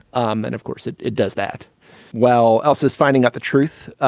um and of course, it it does that well, elsa's finding out the truth